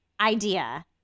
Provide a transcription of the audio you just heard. idea